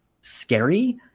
scary